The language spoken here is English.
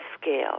scale